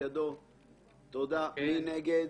מי נגד?